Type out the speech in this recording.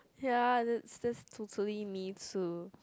ya that's that's totally me too